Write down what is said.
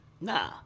nah